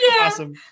Awesome